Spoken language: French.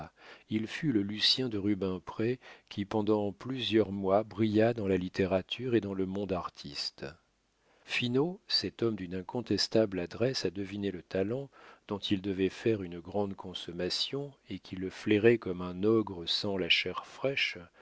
il fut le lucien de rubempré qui pendant plusieurs mois brilla dans la littérature et dans le monde artiste finot cet homme d'une incontestable adresse à deviner le talent dont il devait faire une grande consommation et qui le flairait comme un ogre sent la chair fraîche